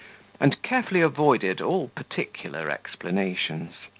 and carefully avoided all particular explanations.